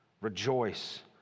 Rejoice